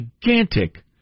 gigantic